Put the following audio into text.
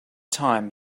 time